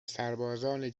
سربازان